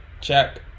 check